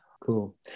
Cool